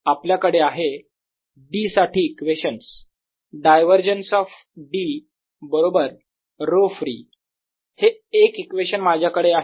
आपल्याकडे आहे D साठी इक्वेशन्स - डायव्हरजन्स ऑफ D बरोबर ρfree हे एक इक्वेशन माझ्याकडे आहे